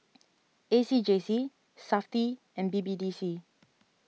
A C J C SAFTI and B B D C